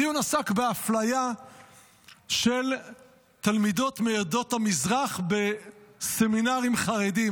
הדיון עסק באפליה של תלמידות מעדות המזרח בסמינרים חרדיים.